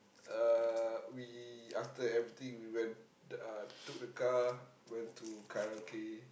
uh we after everything we went uh took the car went to karaoke